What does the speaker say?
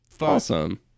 Awesome